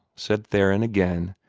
said theron, again,